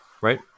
right